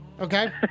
Okay